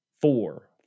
four